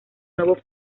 nuevo